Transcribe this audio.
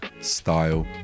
style